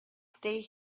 stay